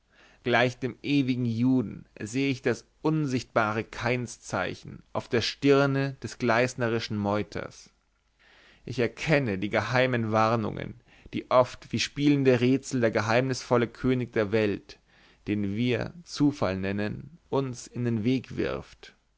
gleich dem ewigen juden sehe ich das unsichtbare kainszeichen auf der stirne des gleisnerischen meuters ich erkenne die geheimen warnungen die oft wie spielende rätsel der geheimnisvolle könig der welt den wir zufall nennen uns in den weg wirft